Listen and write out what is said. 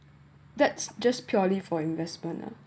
that's just purely for investment ah